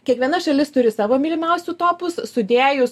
kiekviena šalis turi savo mylimiausių topus sudėjus